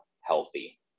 healthy